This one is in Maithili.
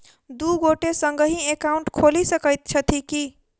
दु गोटे संगहि एकाउन्ट खोलि सकैत छथि की?